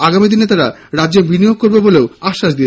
আগামী দিনে তারা রাজ্যে বিনিয়োগ করবে বলেও আশ্বাস দেন